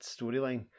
storyline